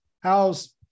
how's